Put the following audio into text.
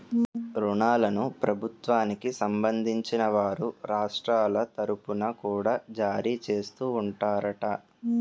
ఋణాలను ప్రభుత్వానికి సంబంధించిన వారు రాష్ట్రాల తరుపున కూడా జారీ చేస్తూ ఉంటారట